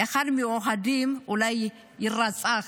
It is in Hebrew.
אחד מהאוהדים אולי יירצח,